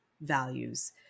values